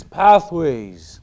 pathways